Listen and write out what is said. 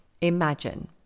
imagine